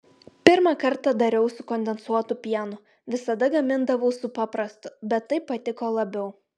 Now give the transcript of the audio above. pirmą kartą dariau su kondensuotu pienu visada gamindavau su paprastu bet taip patiko labiau